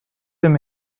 dem